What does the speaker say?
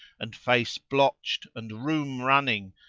and face blotched, and rheum running,